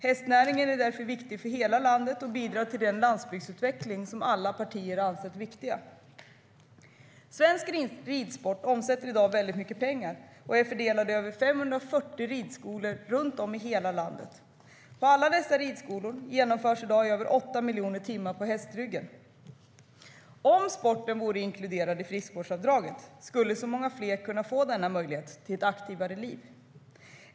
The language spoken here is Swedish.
Hästnäringen är därför viktig för hela landet och bidrar till den landsbygdsutveckling som alla partier har ansett vara viktig. Svensk ridsport omsätter i dag väldigt mycket pengar och är fördelad på över 540 ridskolor runt om i landet. På alla dessa ridskolor genomförs i dag över 8 miljoner timmar på hästryggen. Om sporten vore inkluderad i friskvårdsavdraget skulle många fler få denna möjlighet till ett aktivare liv.